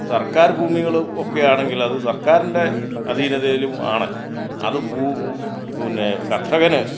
സർക്കാർ ഭൂമികൾ ഒക്കെയാണെങ്കിൽ അത് സർക്കാരിൻ്റെ അധീനതയിലും ആണ് അത് ഭൂ പിന്നെ കർഷകന്